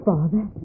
Father